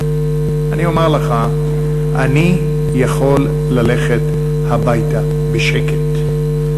אני אומר לך, אני יכול ללכת הביתה בשקט.